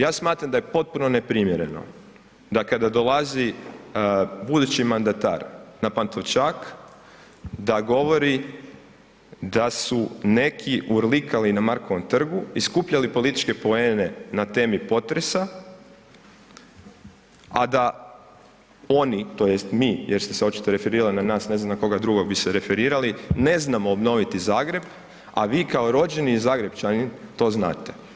Ja smatram da je potpuno neprimjereno da kada dolazi budući mandatar na Pantovčak da govori da su neki urlikali na Markovom trgu i skupljali političke poene na temi potresa, a da oni tj. mi jer ste se očito referirali na nas, ne znam na koga drugog bi se referirali, ne znamo obnoviti Zagreb, a vi kao rođeni Zagrepčanin to znate.